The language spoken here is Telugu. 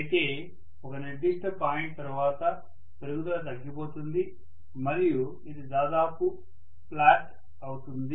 అయితే ఒక నిర్దిష్ట పాయింట్ తర్వాత పెరుగుదల తగ్గిపోతుంది మరియు ఇది దాదాపు ఫ్లాట్ అవుతుంది